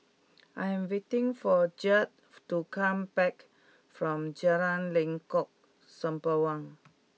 I am waiting for Judd to come back from Jalan Lengkok Sembawang